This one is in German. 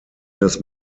das